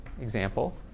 example